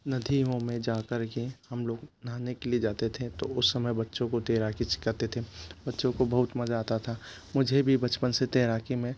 नदियों में जा कर के हम लोग नहाने के लिए जाते थे तो उस समय बच्चों को तैराकी सिखाते थे बच्चों को बहुत मज़ा आता था मुझे भी बचपन से तैराकी में